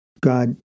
God